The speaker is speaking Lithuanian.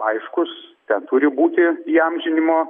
aiškus ten turi būti įamžinimo